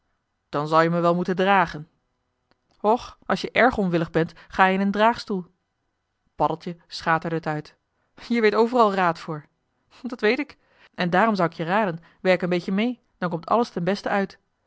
dan zal je me wel moeten dragen och als je erg onwillig bent ga-je in een draagstoel paddeltje schaterde t uit jij weet overal raad voor dat weet ik en daarom zou ik je raden werk een beetje meê dan komt alles ten beste uit